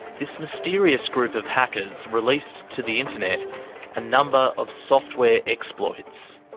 this mysterious group of hackers released to the internet a number of software exploits.